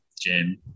Jim